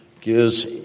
gives